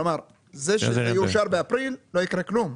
כלומר זה שזה יאושר באפריל לא יקרה כלום.